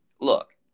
look